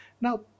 Now